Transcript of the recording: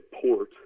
port